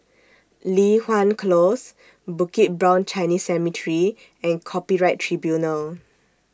Li Hwan Close Bukit Brown Chinese Cemetery and Copyright Tribunal